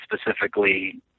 specifically